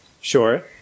Sure